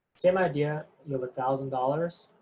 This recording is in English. same idea, you have a thousand dollars,